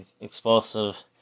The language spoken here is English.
explosive